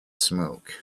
smoke